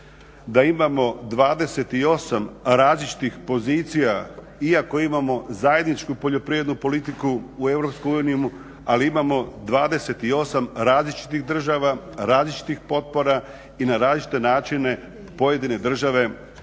da imamo 28 različitih pozicija iako imamo zajedničku poljoprivrednu politiku u Europskoj uniji. Ali imamo 28 različitih država, različitih potpora i na različite načine pojedine države